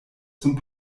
zum